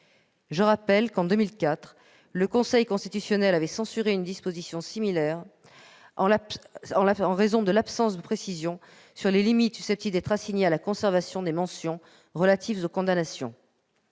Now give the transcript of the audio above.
Je rappelle que, en 2004, le Conseil constitutionnel avait censuré une disposition similaire en raison de l'absence de précision sur les limites susceptibles d'être assignées à la conservation des mentions relatives aux condamnations.